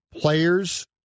players